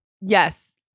Yes